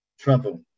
trouble